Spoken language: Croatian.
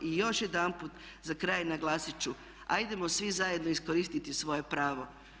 I još jedanput za kraj naglasit ću, hajdemo svi zajedno iskoristiti svoje pravo.